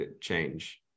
change